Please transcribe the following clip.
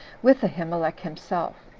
with ahimelech himself,